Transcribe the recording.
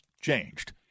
changed